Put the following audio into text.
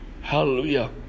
Hallelujah